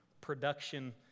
production